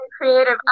creative